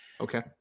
okay